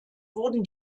wurden